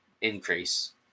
increase